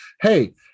hey